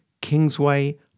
Kingsway